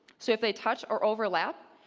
so if they touch or overlap,